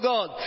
God